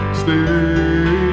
stay